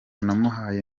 namuhaye